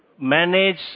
manage